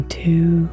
two